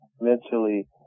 mentally